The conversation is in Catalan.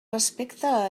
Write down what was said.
respecte